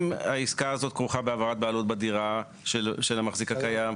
אם העסקה הזאת כרוכה בהעברת בעלות בדירה של המחזיק הקיים,